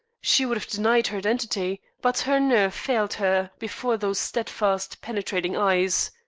she would have denied her identity, but her nerve failed her before those steadfast, penetrating eyes.